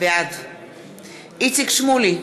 בעד איציק שמולי,